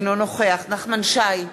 אינו נוכח נחמן שי,